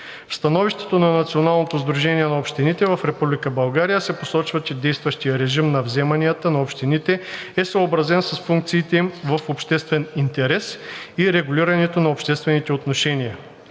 В становището на Националното сдружение на общините в Република България се посочва, че действащият режим на вземанията на общините е съобразен с функциите им в обществен интерес и регулирането на обществените отношения.